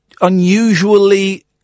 unusually